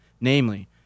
namely